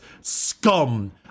scum